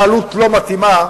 התנהלות לא מתאימה,